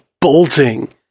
bolting